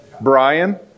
Brian